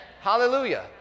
Hallelujah